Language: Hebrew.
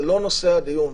זה לא נושא הדיון,